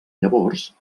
llavors